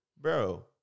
Bro